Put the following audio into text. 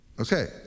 Okay